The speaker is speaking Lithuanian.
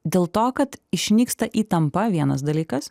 dėl to kad išnyksta įtampa vienas dalykas